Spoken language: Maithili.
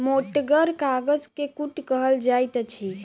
मोटगर कागज के कूट कहल जाइत अछि